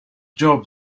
job